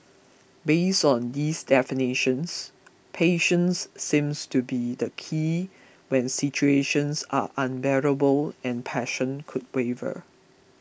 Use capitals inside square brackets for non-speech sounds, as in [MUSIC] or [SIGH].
based on these definitions patience seems to be the key when situations are unbearable and passion could [UNINTELLIGIBLE]